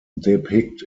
depict